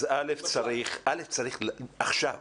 א', צריך עכשיו